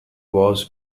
was